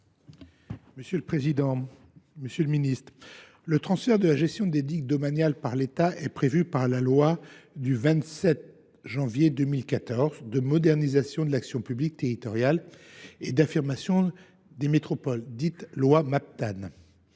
des territoires. Monsieur le ministre, le transfert de la gestion des digues domaniales par l’État est prévu par la loi du 27 janvier 2014 de modernisation de l’action publique territoriale et d’affirmation des métropoles, dite loi Maptam.